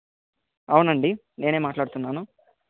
అవునండి నేనే మాట్లాడుతున్నాను